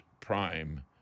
prime